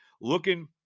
looking